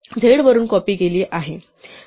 प्रश्न असा आहे की z चे काय होते